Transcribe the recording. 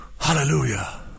Hallelujah